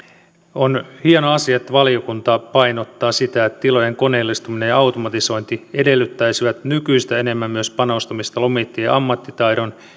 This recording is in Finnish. on hieno asia että valiokunta painottaa sitä että tilojen koneellistuminen ja automatisointi edellyttäisivät nykyistä enemmän myös panostamista lomittajien ammattitaidon